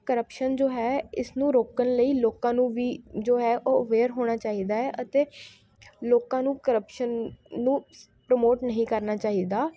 corruption ਜੋ ਹੈ ਇਸ ਨੂੰ ਰੋਕਣ ਲਈ ਲੋਕਾਂ ਨੂੰ ਵੀ ਜੋ ਹੈ ਉਹ ਅਵੇਅਰ ਹੋਣਾ ਚਾਹੀਦਾ ਹੈ ਅਤੇ ਲੋਕਾਂ ਨੂੰ ਕਰਪਸ਼ਨ ਨੂੰ ਪਰਮੋਟ ਨਹੀਂ ਕਰਨਾ ਚਾਹੀਦਾ